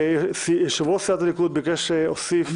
יושב-ראש סיעת הליכוד ביקש להוסיף